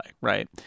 right